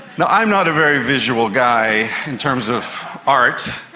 yeah i'm not a very visual guy in terms of art.